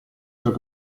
della